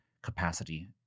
Capacity